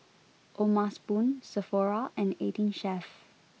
O'ma spoon Sephora and eighteen Chef